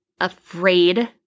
afraid